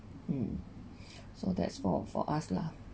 mm so that's for for us lah